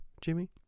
Jimmy